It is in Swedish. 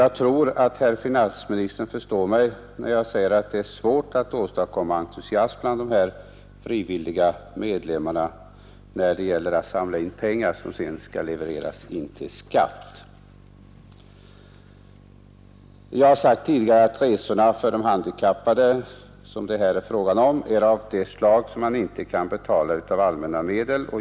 Jag tror att herr finansministern förstår mig när jag säger att det är svårt att hos de medlemmar som gör de frivilliga insatserna väcka någon entusiasm när det gäller att samla in pengar som sedan skall levereras in som skatt. Jag sade nyss att dessa resor för de handikappade är av det slag som man inte kan finansiera med allmänna medel.